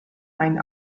einen